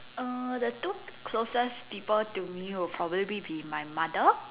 uh the two closest people to me would probably be my mother